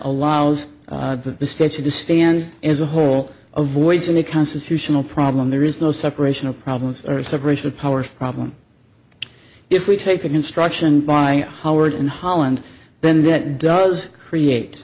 allows the states to the stand as a whole a voice in the constitutional problem there is no separation of problems or separation of powers problem if we take an instruction by howard in holland then that does create